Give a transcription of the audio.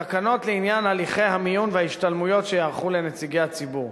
תקנות לעניין הליכי המיון וההשתלמויות שייערכו לנציגי הציבור.